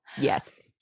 Yes